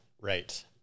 Right